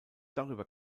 darüber